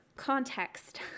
context